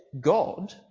God